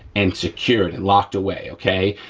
and secured, and locked away, okay?